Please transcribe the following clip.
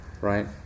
Right